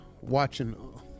watching